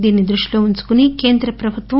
దీనిని దృష్టిలో ఉంచుకొని కేంద్ర ప్రభుత్వం